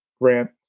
Grant